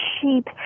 cheap